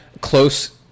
close